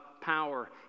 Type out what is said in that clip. power